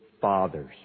fathers